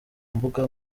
mbuga